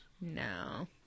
No